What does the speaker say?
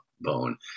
bone